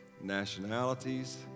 nationalities